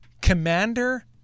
Commander